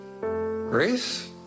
grace